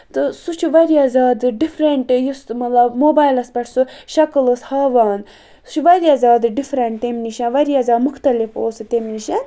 تہٕ سُہ چھُ واریاہ زیادٕ ڈِفرنٹ یُس مطلب یُس موبیلَس پٮ۪ٹھ سُہ شَکل ٲس ہاوان سُہ چھُ واریاہ زیادٕ ڈِفرنٹ تمہِ نِش واریاہ زیادٕ مُختٔلِف اوس سُہ تمہِ نِش